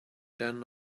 then